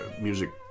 music